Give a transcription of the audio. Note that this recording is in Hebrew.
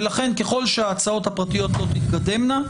ולכן ככל שההצעות הפרטיות לא תתקדמנה,